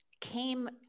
came